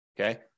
okay